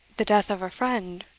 the death of a friend?